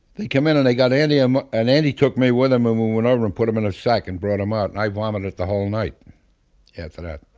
they come in and they got andy. and andy took me with him and we went over and put him in a sack and brought him out, and i vomited the whole night after that.